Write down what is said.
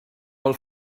vol